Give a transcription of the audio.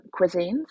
cuisines